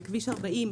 על כביש 40,